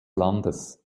landes